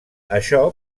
això